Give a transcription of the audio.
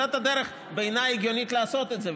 בעיניי, זאת הדרך ההגיונית לעשות את זה.